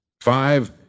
Five